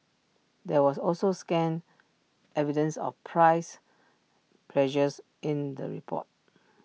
there was also scant evidence of price pressures in the report